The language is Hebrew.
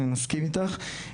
אני מסכים איתך.